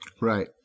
Right